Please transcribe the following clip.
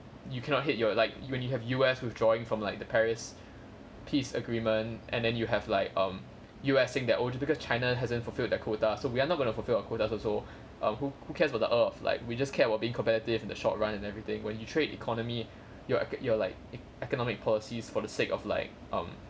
you cannot hate your like you when you have U_S withdrawing from like the paris peace agreement and then you have like um U_S saying that oh because china hasn't fulfilled that quota so we're not gonna fulfilled our quota also err who who cares about the earth like we just care about being competitive in the short run and everything when you trade economy you're you're like ec~ economic policies for the sake of like um